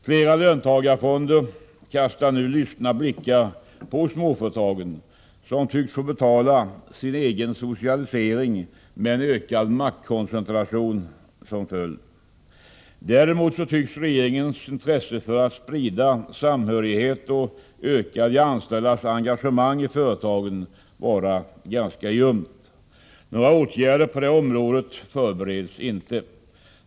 Flera löntagarfonder kastar nu lystna blickar mot småföretagen, som tycks få betala sin egen socialisering med en ökad maktkoncentration som följd. Däremot tycks regeringens intresse för att sprida samhörighet och öka de anställdas engagemang i företagen vara ganska ljumt. Några åtgärder på det : området förbereds inte.